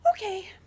Okay